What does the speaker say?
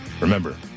Remember